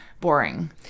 boring